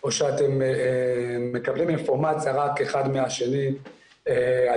או שאתם מקבלים אינפורמציה רק אחד מהשני על